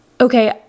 okay